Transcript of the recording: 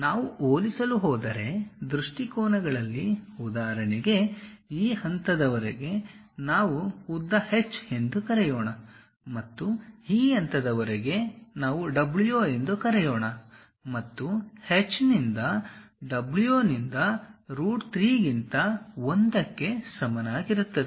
ನಾವು ಹೋಲಿಸಲು ಹೋದರೆ ದೃಷ್ಟಿಕೋನಗಳಲ್ಲಿ ಉದಾಹರಣೆಗೆ ಈ ಹಂತದವರೆಗೆ ನಾವು ಉದ್ದ h ಎಂದು ಕರೆಯೋಣ ಮತ್ತು ಈ ಹಂತದವರೆಗೆ ನಾವು w ಎಂದು ಕರೆಯೋಣ ಮತ್ತು h ನಿಂದ w ನಿಂದ ರೂಟ್ 3 ಗಿಂತ 1 ಕ್ಕೆ ಸಮನಾಗಿರುತ್ತದೆ